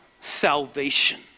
salvation